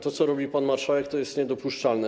To, co robi pan marszałek, jest niedopuszczalne.